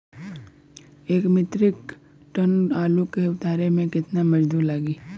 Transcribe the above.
एक metric ton आलू के उतारे मे कितना मजदूर लागि?